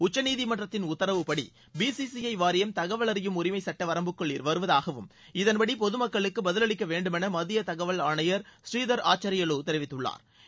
உச்சநீதிமன்றத்தின் உத்தரவுபடி பிசிசிற வாரியம் தகவல் அறியும் உரிமைச் சட்ட வரம்புக்குள் வருவதாகவும் இதன்படி பொது மக்களுக்கு பதிலளிக்கவேண்டும் என மத்திய தகவல் ஆணையர் பூநீதர் ஆச்சாா்பலு தெரிவித்துள்ளாா்